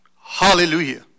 Hallelujah